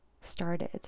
started